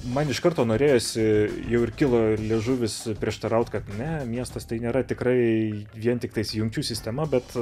man iš karto norėjosi jau ir kilo ir liežuvis prieštarauti kad ne miestas tai nėra tikrai vien tiktais jungčių sistema bet